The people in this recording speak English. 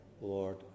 Lord